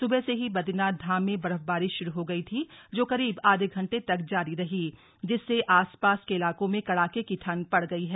सुबह से ही बद्रीनाथ धाम में बर्फबारी शुरू हो गई थी जो करीब आधे घण्टे तक जारी रही जिससे आसपास के इलाकों में कड़ाके की ठंड पड़ गई है